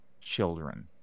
children